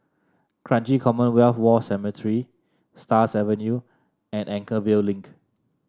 Kranji Commonwealth War Cemetery Stars Avenue and Anchorvale Link